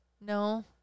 No